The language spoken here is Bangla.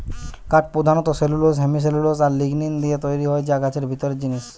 কাঠ পোধানত সেলুলোস, হেমিসেলুলোস আর লিগনিন দিয়ে তৈরি যা গাছের ভিতরের জিনিস